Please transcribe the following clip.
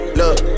look